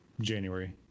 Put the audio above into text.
January